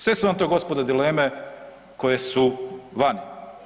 Sve su vam to gospodo dileme koje su vani.